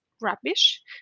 rubbish